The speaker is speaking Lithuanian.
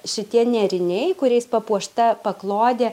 šitie nėriniai kuriais papuošta paklodė